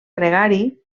gregari